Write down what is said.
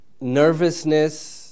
nervousness